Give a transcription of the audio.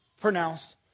pronounced